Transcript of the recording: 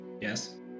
Yes